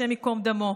השם ייקום דמו.